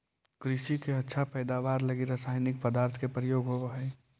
कृषि के अच्छा पैदावार लगी रसायनिक पदार्थ के प्रयोग होवऽ हई